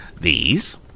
These